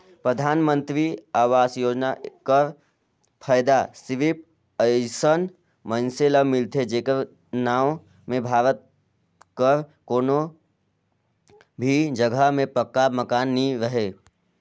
परधानमंतरी आवास योजना कर फएदा सिरिप अइसन मइनसे ल मिलथे जेकर नांव में भारत कर कोनो भी जगहा में पक्का मकान नी रहें